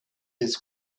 his